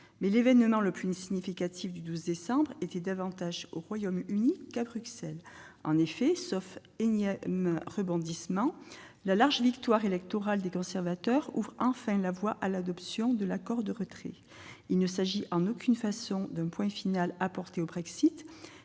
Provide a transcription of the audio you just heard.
Mais l'événement le plus significatif du 12 décembre se déroulait davantage au Royaume-Uni qu'à Bruxelles. En effet, sauf énième rebondissement, la large victoire électorale des conservateurs ouvre enfin la voie à l'adoption de l'accord de retrait. Il ne s'agit en aucune manière d'un point final apporté au Brexit,